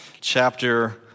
chapter